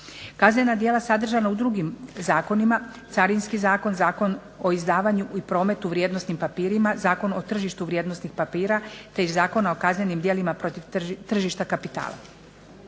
kaznena djela sadržana u drugim zakonima: Carinski zakon, Zakon o izdavanju i prometu vrijednosnim papirima, Zakon o tržištu vrijednosnih papira te iz Zakona o kaznenim djelima protiv tržišta kapitala.